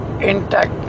intact